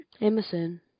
Emerson